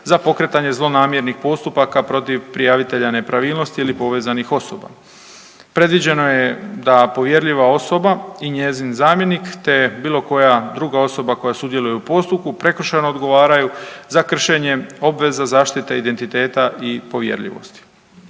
za pokretanje zlonamjernih postupaka protiv prijavitelja nepravilnosti ili povezanih osoba. Predviđeno je da povjerljiva osoba i njezin zamjenik, te bilo koja druga osoba koja sudjeluje u postupku prekršajno odgovaraju za kršenje obveza zaštite identiteta i povjerljivosti.